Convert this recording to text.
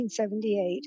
1978